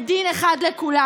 ודין אחד לכולם,